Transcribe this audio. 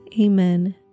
Amen